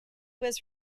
was